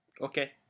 okay